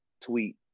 tweet